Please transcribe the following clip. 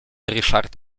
ryszard